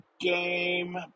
game